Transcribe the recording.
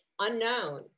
unknown